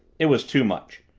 it was too much.